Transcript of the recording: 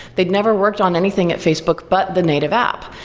they'd never worked on anything at facebook but the native app.